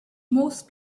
most